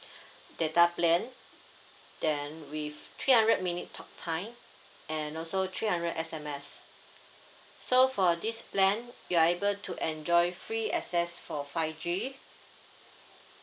data plan then with three hundred minute talk time and also three hundred S_M_S so for this plan you are able to enjoy free access for five G